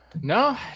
No